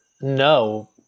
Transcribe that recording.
no